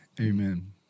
Amen